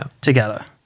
together